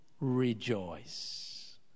rejoice